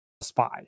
spy